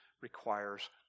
requires